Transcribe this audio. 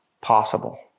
possible